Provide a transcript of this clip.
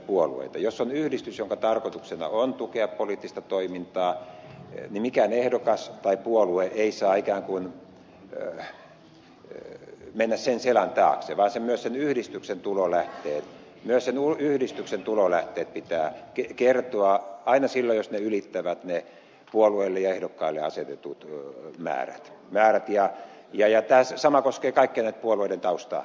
jos on yhdistys jonka tarkoituksena on tukea poliittista toimintaa niin mikään ehdokas tai puolue ei saa ikään kuin mennä sen selän taakse vaan myös sen yhdistyksen tulolähteet pitää kertoa aina silloin jos ne ylittävät ne puolueelle ja ehdokkaille asetetut määrät ja tämä sama koskee kaikkia näitä puolueiden taustayhteisöjä